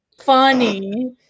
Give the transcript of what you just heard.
funny